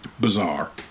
bizarre